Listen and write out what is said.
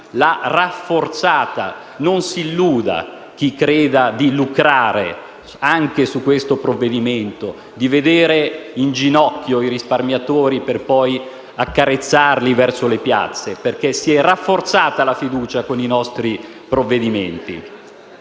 sistema. Non si illuda chi crede di lucrare anche su questo provvedimento, di vedere in ginocchio i risparmiatori per poi indirizzarli verso le piazze, perché la fiducia con i nostri provvedimenti